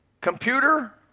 Computer